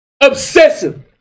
Obsessive